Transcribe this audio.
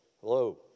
hello